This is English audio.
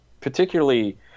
particularly